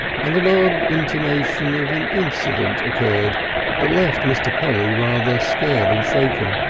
and an odd intimation of an incident occurred that left mr. polly rather scared and shaken.